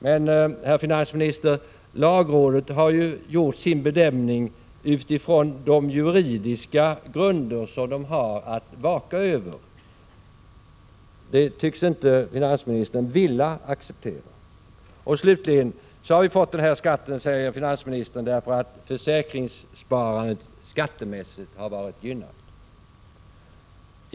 Men, herr finansminister, lagrådet har ju gjort sin bedömning utifrån de juridiska grunder som man har att vaka över. Det tycks inte finansministern vilja acceptera. Slutligen säger finansministern att vi har fått den här skatten därför att försäkringssparandet skattemässigt har varit gynnat.